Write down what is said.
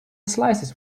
slices